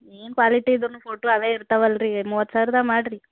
ಏನು ಕ್ವಾಲಿಟಿ ಇದ್ರು ಫೋಟೋ ಅವೇ ಇರ್ತಾವಲ್ಲ ರೀ ಮೂವತ್ತು ಸಾವಿರದಾಗೆ ಮಾಡಿರಿ